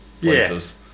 places